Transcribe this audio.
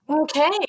Okay